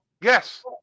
Yes